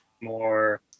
more